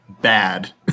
bad